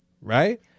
right